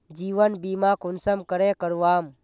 जीवन बीमा कुंसम करे करवाम?